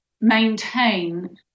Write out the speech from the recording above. maintain